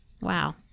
Wow